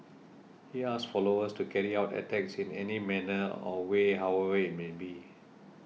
he asked followers to carry out attacks in any manner or way however it may be